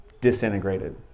disintegrated